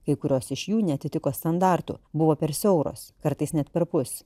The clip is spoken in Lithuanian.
kai kurios iš jų neatitiko standartų buvo per siauros kartais net perpus